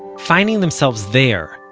finding themselves there,